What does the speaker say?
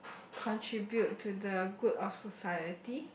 contribute to the good of society